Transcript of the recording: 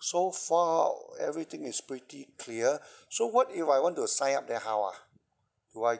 so found out everything is pretty clear so what if I want to sign up then how ah do I